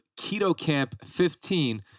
KETOCAMP15